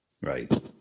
Right